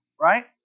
right